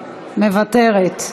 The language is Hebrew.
מוותרת.